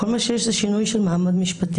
כל מה שיש זה שינוי של מעמד משפטי.